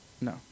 No